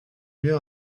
mieux